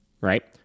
right